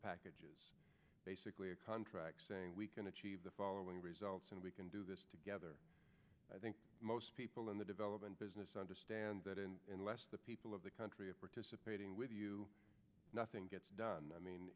packages basically a contract saying we can achieve the following results and we can do this together i think most people in the development business understand that and unless the people of the country a participating with you nothing gets done i mean